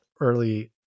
early